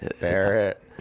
Barrett